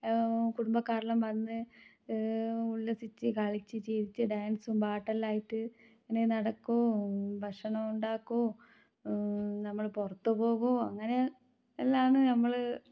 കുടുംബക്കാരെല്ലാം വന്ന് ഉല്ലസിച്ച് കളിച്ച് ചിരിച്ച് ഡാൻസും പാട്ടും എല്ലാം ആയിട്ട് ഇങ്ങനെ നടക്കുകയും ഭക്ഷണം ഉണ്ടാക്കുകയും നമ്മൾ പുറത്ത് പോവുകയും അങ്ങനെ എല്ലാം ആണ് നമ്മൾ